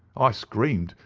ah screamed,